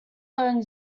learn